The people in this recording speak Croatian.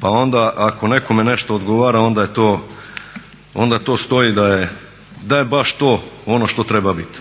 pa onda ako nekome nešto odgovara onda to stoji da je baš to ono što treba biti.